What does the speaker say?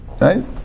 Right